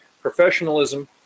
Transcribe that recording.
professionalism